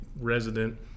resident